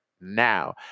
now